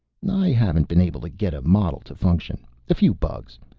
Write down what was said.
i haven't been able to get a model to function. a few bugs.